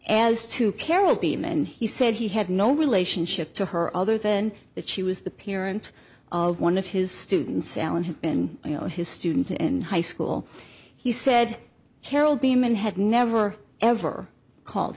as to caribbean and he said he had no relationship to her other than that she was the parent of one of his students alan had been you know his student in high school he said carroll beeman had never ever called